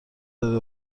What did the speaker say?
داره